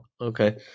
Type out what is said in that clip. Okay